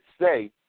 say